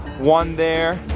one there,